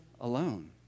alone